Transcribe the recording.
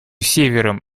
севером